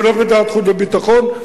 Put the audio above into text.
ולא בוועדת החוץ והביטחון.